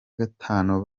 gatanu